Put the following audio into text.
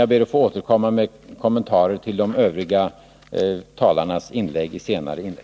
Jag ber att få återkomma med kommentarer till övriga talare i senare inlägg.